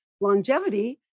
longevity